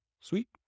Sweet